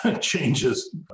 changes